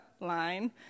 line